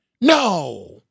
No